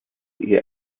ihr